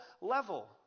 level